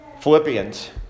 Philippians